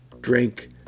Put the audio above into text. drink